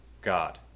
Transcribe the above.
God